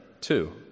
two